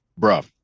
Bruh